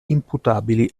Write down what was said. imputabili